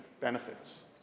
benefits